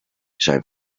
zijn